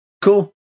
Cool